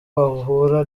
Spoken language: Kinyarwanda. bahura